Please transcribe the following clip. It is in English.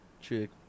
chick